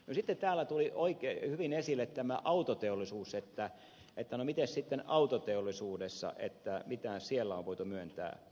sitten täällä tuli hyvin esille tämä autoteollisuus että no mites sitten autoteollisuudessa mitä siellä on voitu myöntää